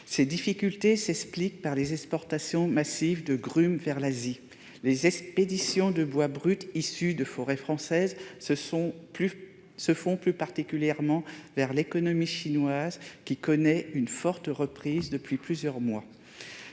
Ces difficultés s'expliquent par les exportations massives de grumes vers l'Asie. Les expéditions de bois brut issu de forêts françaises se font plus particulièrement vers l'économie chinoise, qui connaît une forte reprise depuis plusieurs mois.